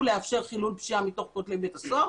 לאפשר חילול פשיעה מתוך כותלי בית הסוהר,